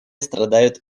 страдают